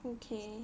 okay